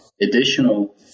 additional